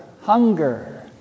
hunger